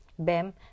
BEM